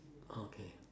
okay